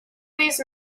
these